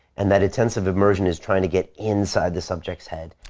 and that intensive immersion is trying to get inside the subject's head?